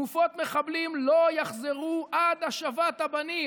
"גופות מחבלים לא יחזרו עד השבת הבנים.